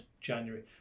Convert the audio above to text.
January